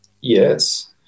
yes